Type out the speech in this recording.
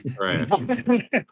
right